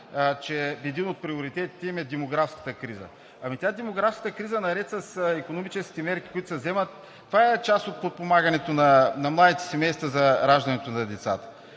че един от приоритетите им е демографската криза. Демографската криза наред с икономическите мерки, които се вземат – това е част от подпомагането на младите семейства за раждането на деца.